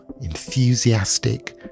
enthusiastic